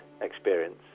experience